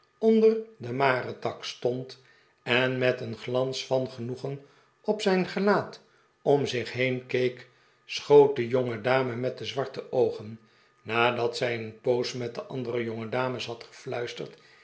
onder den marentak stond en met een glans van genoegen op zijn gelaat om zich heen keek schoot de jongedame met de zwarte oogen nadat zij een poos met de andere jongedames had